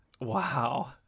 wow